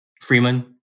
Freeman